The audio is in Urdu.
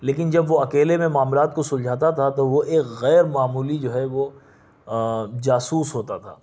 لیکن جب وہ اکیلے میں معاملات کو سلجھاتا تھا تو وہ ایک غیرمعمولی جو ہے وہ جاسوس ہوتا تھا